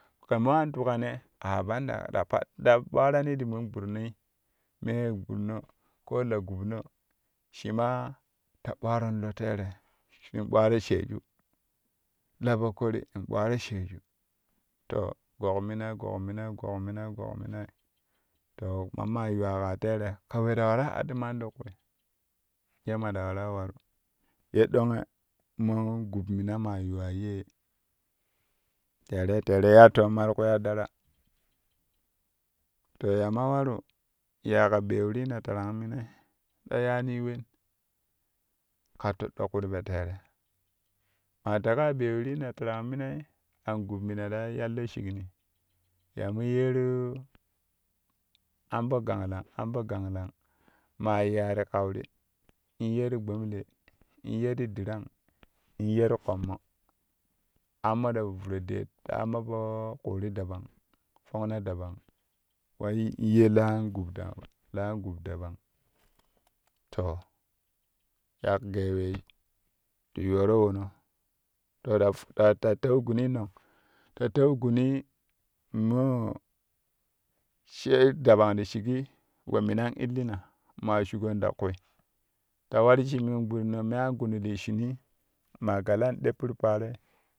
Kɛ mo a tukani banda kɛ ta bwarani ti men gbidinei meen gbidino ko la gubno shi maa ta bwaa ron lo tere ta bwaaro sheeju la po kori ta bwaro sheeju to gok minai gok minai gok mina gok mina too mamma yuwaa kaa tere kap we ta waraa hadinma ti kwi ye ma ta waraa war ye ɗonge mo gub mina maa yuwaa yee tere tere ya to ma ti ku ya ɗara to ya ma waru ya ka ɓweu rina tarang minai ta yaani wen ka toɗɗo ku ti po teere maa teƙa ya ɓweu rina tarang minai an gub mina ti yallo shikju ya mo yeeru an po gangkang am po ganglang naaa yiyaa ti kauri in ye ti gbomle in ye ti dirang in ye ti ƙommo ammo ta po vuro deet ta ammo po ƙuuri dabang fomna dabang in wa ye la an gub taama la an gub dabang to ya an gee wee ti yooro wono toata ta teu guni nonh ta teu guni moo she dabang ti shigi we minan illina shugon ta kwi ta war shik men gbidino me an gunuli shinii ma gala in ɗeppuru paaroi.